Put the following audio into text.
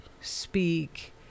speak